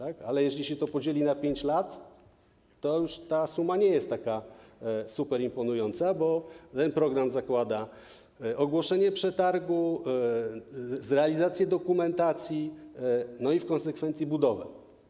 Ale jeśli to się podzieli na 5 lat, to już ta suma nie jest taka superimponująca, bo ten program zakłada ogłoszenie przetargu, realizację dokumentacji i w konsekwencji budowę.